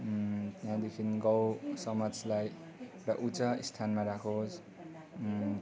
त्यहाँदेखि गाउँ समाजलाई र उचा स्थानमा राखोस्